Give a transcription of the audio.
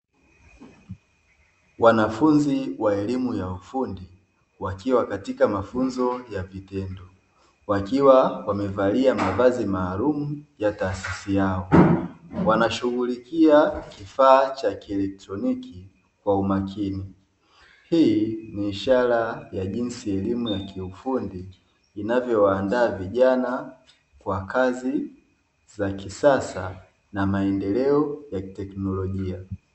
Wanafunzi wa elimu ya ufundi wakiwa katika mafunzo ya vitendo wakiwa wamevalia mavazi maalumu ya taasisi yao, wanashughulikia kifaa cha kielektroniki kwa umakini, hii ni ishara ya jinsi elimu ya kiufundi inavyowaandaa vijana kwa kazi za kisasa na maendeleo ya kiteknolojia.